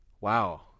Wow